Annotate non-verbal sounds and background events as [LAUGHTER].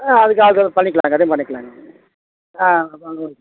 ஆ அதுக்கு ஆள் இருக்குது பண்ணிக்கலாங்க அதையும் பண்ணிக்கலாங்க ஆ அங்கே ஒரு [UNINTELLIGIBLE]